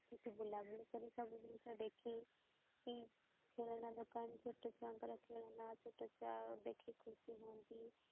ସେଠି ବୁଲାବୁଲି କରି ସବୁ ଜିନିଷ ଦେଖି କି ଖେଳନା ଦୋକାନ ଛୋଟଛୁଆଙ୍କର ଖେଳନା ଛୋଟଛୁଆ ଦେଖି ଖୁସି ହୁଅନ୍ତି